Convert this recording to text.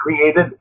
created